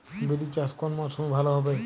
বিরি চাষ কোন মরশুমে ভালো হবে?